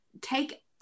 take